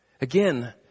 Again